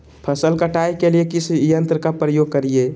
फसल कटाई के लिए किस यंत्र का प्रयोग करिये?